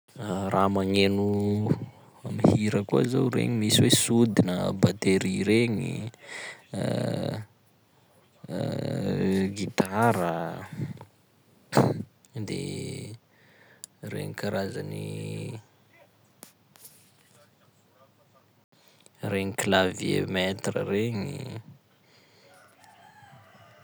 Raha magneno amy hira koa zao regny misy hoe: sodina, batery regny, gitara, de regny karazany regny clavier maître regny.